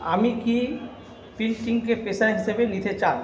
আমি কি প্রিন্টিংকে পেশা হিসেবে নিতে চান